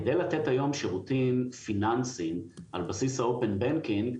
כדי לתת היום שירותים פיננסיים על בסיס הבנקאות הפתוחה,